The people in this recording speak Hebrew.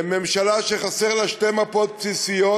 לממשלה שחסרות לה שתי מפות בסיסיות: